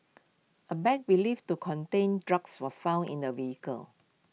A bag believed to contain drugs was found in the vehicle